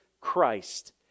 Christ